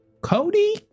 Cody